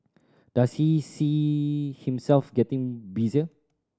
does he see himself getting busier